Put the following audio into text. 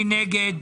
מי נגד?